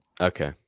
Okay